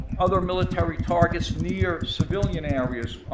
other military targets near civilian areas,